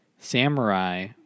samurai